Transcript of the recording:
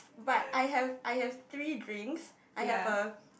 but I have I have three drinks I have a